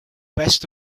best